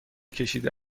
کشیده